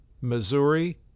Missouri